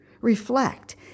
reflect